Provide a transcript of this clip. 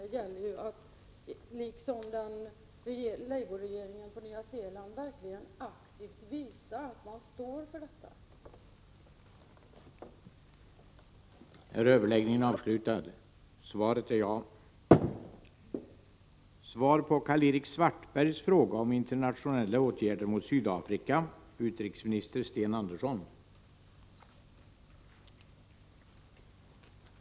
Det gäller ju då att, liksom labourregeringen på Nya Zeeland, verkligen aktivt visa att man står för denna ståndpunkt.